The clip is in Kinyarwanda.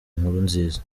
nkurunziza